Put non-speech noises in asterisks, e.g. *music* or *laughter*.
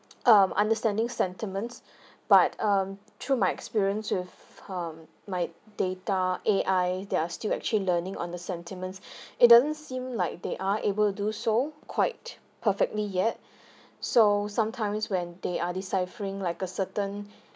um understanding sentiments *breath* but um through my experience with um my data A_I they're still actually learning on the sentiments it doesn't seem like they are able to do so quite perfectly yet *breath* so sometimes when they are deciphering like a certain